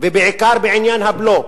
ובעיקר בעניין הבלו.